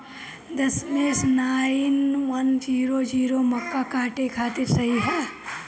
दशमेश nine one zero zero मक्का काटे खातिर सही ह?